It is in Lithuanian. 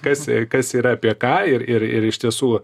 kas kas yra apie ką ir ir ir iš tiesų